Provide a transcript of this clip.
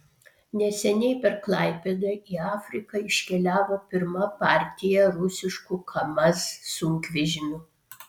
neseniai per klaipėdą į afriką iškeliavo pirma partija rusiškų kamaz sunkvežimių